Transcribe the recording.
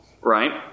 Right